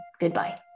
goodbye